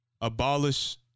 abolish